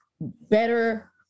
better